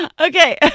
Okay